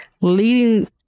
leading